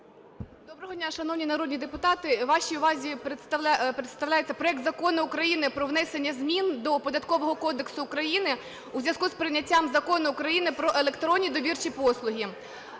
Доброго дня, шановні народні депутати! Вашій увазі представляється проект Закону України про внесення змін до Податкового кодексу України у зв'язку з прийняттям Закону України "Про електронні довірчі послуги".